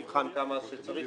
נבחן וניתן כמה שצריך.